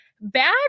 Bad